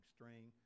String